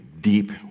deep